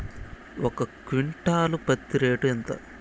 ఒక క్వింటాలు పత్తి రేటు ఎంత?